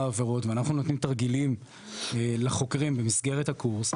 העבירות ואנחנו נותנים תרגילים לחוקרים במסגרת הקורס,